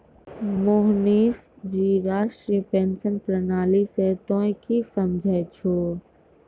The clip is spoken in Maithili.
मोहनीश जी राष्ट्रीय पेंशन प्रणाली से तोंय की समझै छौं